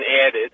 added